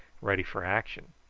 ready for action.